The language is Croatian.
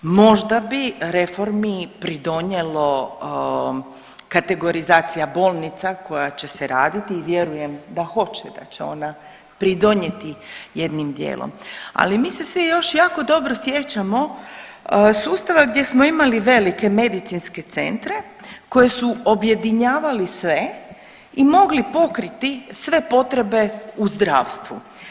Možda bi reformi pridonijelo kategorizacija bolnica koja će se raditi i vjerujem da hoće, da će ona pridonijeti jednim dijelom, ali mi se svi još jako dobro sjećamo sustava gdje smo imali velike medicinske centre koje su objedinjavale sve i mogli pokriti sve potrebe u zdravstvu.